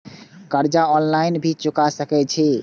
कर्जा ऑनलाइन भी चुका सके छी?